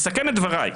אסכם את דבריי.